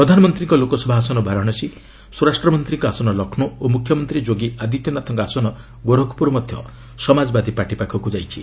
ପ୍ରଧାନମନ୍ତ୍ରୀଙ୍କ ଲୋକସଭା ଆସନ ବାରାଣସୀ ସ୍ୱରାଷ୍ଟ୍ରମନ୍ତ୍ରୀଙ୍କ ଆସନ ଲକ୍ଷ୍ମୌ ଓ ମୁଖ୍ୟମନ୍ତ୍ରୀ ଯୋଗୀ ଆଦିତ୍ୟନାଥଙ୍କ ଆସନ ଗୋରଖପୁର ମଧ୍ୟ ସମାଜବାଦୀ ପାର୍ଟି ପାଖକୁ ଯାଇଛି